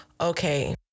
okay